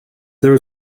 there